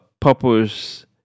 purpose